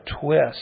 twist